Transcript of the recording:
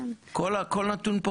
כל נתון פה